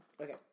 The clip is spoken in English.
Okay